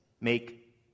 make